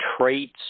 traits